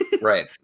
Right